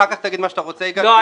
אחר כך תגיד מה שאתה רוצה --- לא,